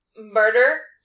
murder